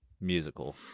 musical